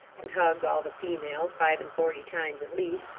and hugged all the females, five-and-forty times, at least,